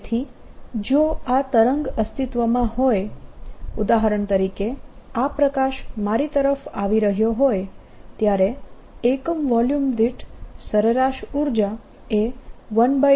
તેથી જો આ તરંગ અસ્તિત્વમાં હોય ઉદાહરણ તરીકે આ પ્રકાશ મારી તરફ આવી રહ્યો હોય ત્યારે એકમ વોલ્યુમ દીઠ સરેરાશ ઉર્જા એ 120E02 ના જેટલી હોય છે